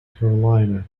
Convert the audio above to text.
carolina